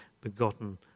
begotten